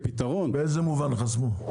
כפתרון --- באיזה מובן חסמו?